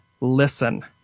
listen